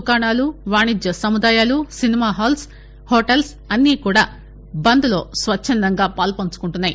దుకాణాలు వాణిజ్య సముదాయాలు సినిమా హాలు హెూటల్స్ అన్ని కూడా బంద్లో స్వచ్చందంగా పాలుపంచుకున్నాయి